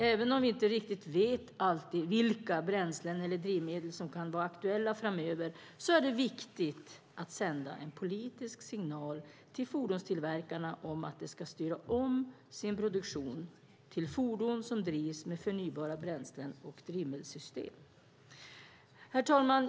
Även om vi inte alltid riktigt vet vilka bränslen eller drivmedel som kan vara aktuella framöver är det viktigt att sända en politisk signal till fordonstillverkarna om att de ska styra om sin produktion till fordon som drivs med förnybara bränslen och drivmedelssystem. Herr talman!